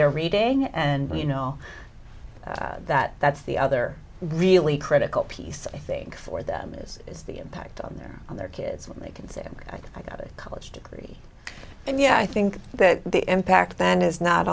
they're reading and you know that that's the other really critical piece i think for them is the impact on their on their kids when they can say i got a college degree and you know i think that the impact then is not